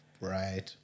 Right